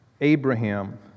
Abraham